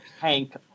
Hank